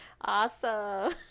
Awesome